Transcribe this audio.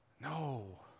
No